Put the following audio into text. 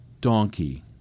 donkey